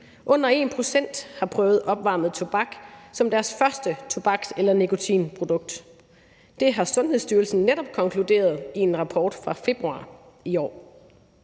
Under 1 pct. har prøvet opvarmet tobak som deres første tobaks- eller nikotinprodukt. Det har Sundhedsstyrelsen netop konkluderet i en rapport fra februar i år.